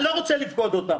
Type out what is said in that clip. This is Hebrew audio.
אני לא רוצה לפקוד אותם,